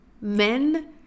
men